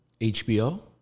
HBO